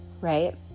Right